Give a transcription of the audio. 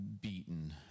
beaten